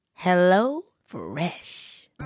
HelloFresh